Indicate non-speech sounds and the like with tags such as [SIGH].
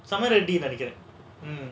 [LAUGHS]